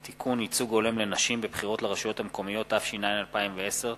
עונשין), התש”ע 2010,